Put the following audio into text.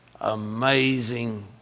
amazing